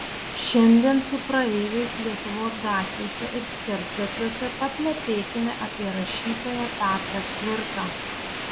šiandien su praeiviais lietuvos gatvėse ir skersgatviuose paplepėkime apie rašytoją petrą cvirką